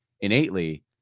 innately